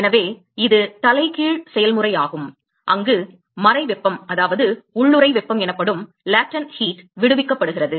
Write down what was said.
எனவே இது தலைகீழ் செயல்முறையாகும் அங்கு மறை வெப்பம் உள்ளுறை வெப்பம் விடுவிக்கப்படுகிறது